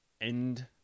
end